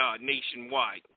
nationwide